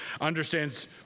understands